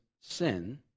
sin